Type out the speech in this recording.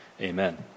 Amen